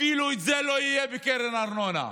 אפילו זה לא יהיה בקרן הארנונה,